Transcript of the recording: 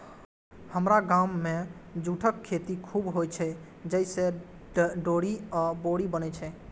हमरा गाम मे जूटक खेती खूब होइ छै, जइसे डोरी आ बोरी बनै छै